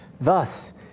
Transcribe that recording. Thus